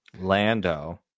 Lando